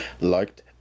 liked